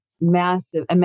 massive